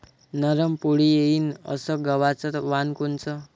नरम पोळी येईन अस गवाचं वान कोनचं?